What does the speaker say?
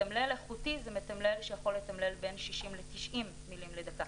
מתמלל איכותי יכול לתמלל בין 60-90 מילים לדקה,